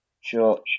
sure